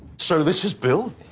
so, this is bill,